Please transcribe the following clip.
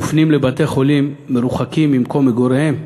הם מופנים לבתי-חולים מרוחקים ממקום מגוריהם,